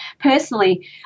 Personally